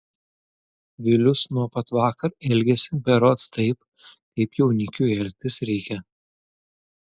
vilius nuo pat vakar elgiasi berods taip kaip jaunikiui elgtis reikia